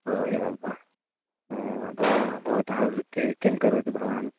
ओ एवं वा भवान् भवतः वृत्तिः किं करोति भवान्